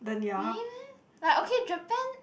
really meh but okay Japan